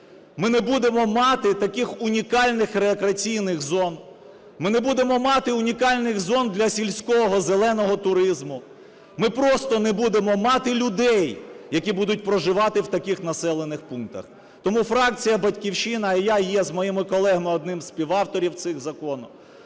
ми не будемо мати таких унікальних рекреаційних зон, ми не будемо мати унікальних зон для сільського "зеленого" туризму, ми просто не будемо мати людей, які будуть проживати в таких населених пунктах. Тому фракція "Батьківщина", а я є з моїми колегами одним з співавторів цього закону,